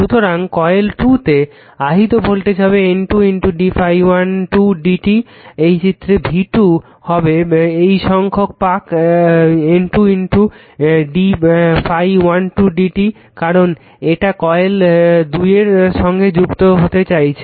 সুতরাং কয়েল 2 তে আহিত ভোল্টেজ হবে N 2 d ∅1 2 dt এই চিত্রে v2 হবে এই সংখ্যক পাক N 2 d ∅12 dt কারণ এটা কয়েল 2 এর সঙ্গে যুক্ত হতে চাইছে